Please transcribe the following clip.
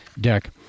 deck